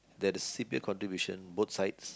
that the C_P_F contributions both side